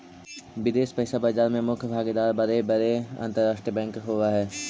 विदेश पइसा बाजार में मुख्य भागीदार बड़े बड़े अंतरराष्ट्रीय बैंक होवऽ हई